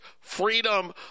freedom